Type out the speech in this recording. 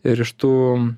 ir iš tų